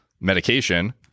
medication